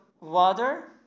water